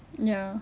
ya